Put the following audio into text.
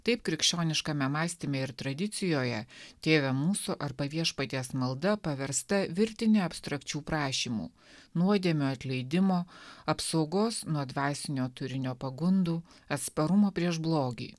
taip krikščioniškame mąstyme ir tradicijoje tėve mūsų arba viešpaties malda paversta virtinė abstrakčių prašymų nuodėmių atleidimo apsaugos nuo dvasinio turinio pagundų atsparumo prieš blogį